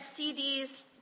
CDs